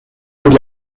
with